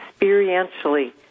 experientially